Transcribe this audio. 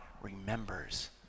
remembers